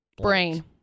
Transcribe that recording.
Brain